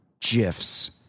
gifs